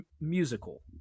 musical